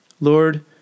Lord